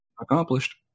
Accomplished